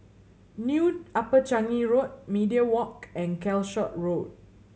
New Upper Changi Road Media Walk and Calshot Road